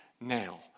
now